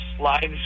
lives